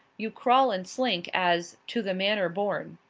you crawl and slink as to the manner born